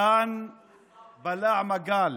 תן בלע מגל.